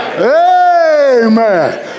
Amen